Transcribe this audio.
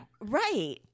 Right